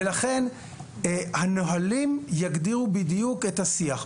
לכן הנהלים יגדירו בדיוק את השיח.